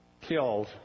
killed